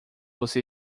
você